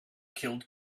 killed